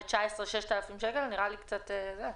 6,000 שקלים בשנת 2019?